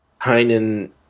Heinen